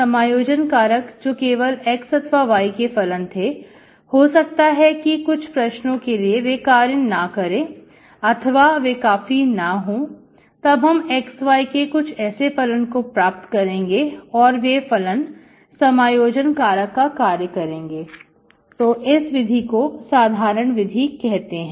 समायोजन कारक जो केवल x अथवा y के फलन थे हो सकता है कि कुछ प्रश्नों के लिए वे कार्य ना करें अथवा वे काफी ना हो तब हम xy के कुछ ऐसे फलन को प्राप्त करेंगे और वे फलन समायोजन कारक का कार्य करेंगे तो इस विधि को साधारण विधि कहते हैं